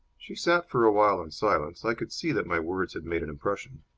she sat for a while in silence. i could see that my words had made an impression.